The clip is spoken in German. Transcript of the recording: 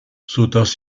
sodass